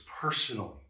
personally